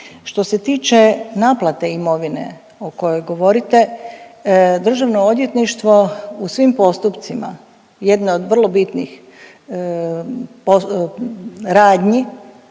Što se tiče naplate imovine o kojoj govorite, DORH u svim postupcima, jedne od vrlo bitnijih